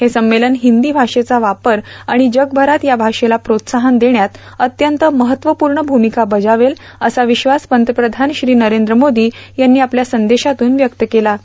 हे संमेलन हिंदी भाषेचा वापर आणि जगभरात या भाषेला प्रोत्साहन देण्यात अत्यंत महत्वपूर्ण भूमिका बजावेल असा विश्वास पंतप्रधान श्री नरेंद्र मोदी यांनी आपल्या संदेशातून व्यक्त केला आहे